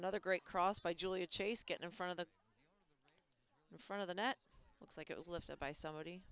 another great cross by julia chase get in front of the front of the net looks like it was lifted by somebody